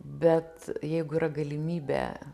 bet jeigu yra galimybė